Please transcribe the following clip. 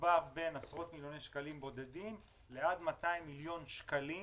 מדובר על בין עשרות מיליוני שקלים בודדים לעד 200 מיליון שקלים